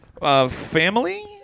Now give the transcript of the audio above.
Family